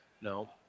No